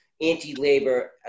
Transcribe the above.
anti-labor